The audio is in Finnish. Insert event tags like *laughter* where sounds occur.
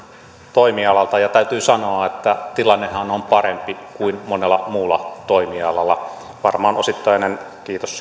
toimialalta ja täytyy sanoa että tilannehan on parempi kuin monella muulla toimialalla varmaan osittainen kiitos *unintelligible*